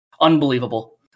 unbelievable